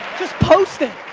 just post it.